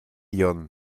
hyon